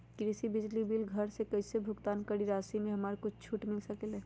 कृषि बिजली के बिल घर से कईसे भुगतान करी की राशि मे हमरा कुछ छूट मिल सकेले?